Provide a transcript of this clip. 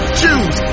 choose